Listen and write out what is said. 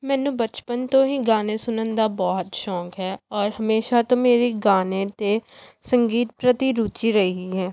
ਮੈਨੂੰ ਬਚਪਨ ਤੋਂ ਹੀ ਗਾਣੇ ਸੁਣਨ ਦਾ ਬਹੁਤ ਸ਼ੌਕ ਹੈ ਔਰ ਹਮੇਸ਼ਾ ਤੋਂ ਮੇਰੀ ਗਾਣੇ ਅਤੇ ਸੰਗੀਤ ਪ੍ਰਤੀ ਰੁਚੀ ਰਹੀ ਹੈ